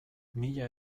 mila